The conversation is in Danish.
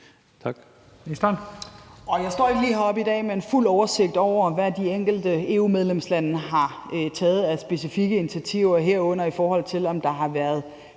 Tak.